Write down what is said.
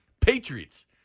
Patriots